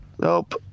Nope